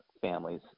families